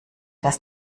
das